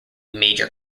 major